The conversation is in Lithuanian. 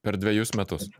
per dvejus metus